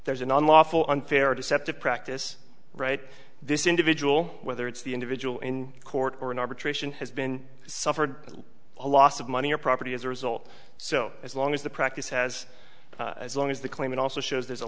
there's an unlawful unfair deceptive practice right this individual whether it's the individual in court or an arbitration has been suffered a loss of money or property as a result so as long as the practice has as long as the claim it also shows there's a